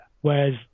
whereas